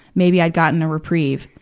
maybe i'd gotten a reprieve.